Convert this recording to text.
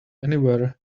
anywhere